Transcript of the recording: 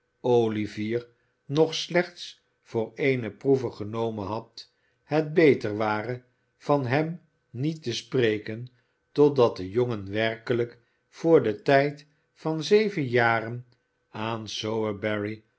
olivier nog slechts voor eene proeve genomen had het beter ware van hem niet te spreken totdat de jongen werkelijk voor den tijd van zeven jaren aan